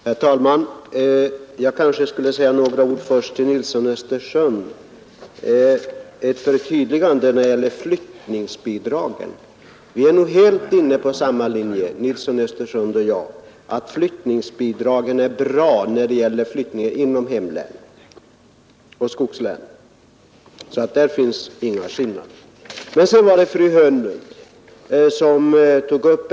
Herr talman! Jag kanske först skulle göra ett förtydligande för herr Nilsson i Östersund när det gäller flyttningsbidragen. Herr Nilsson i Östersund och jag är nog helt inne på samma linje, att flyttningsbidragen är bra när det gäller flyttning inom hemlänet — särskilt i skogslänen. På den punkten finns det alltså ingen skillnad i uppfattningarna.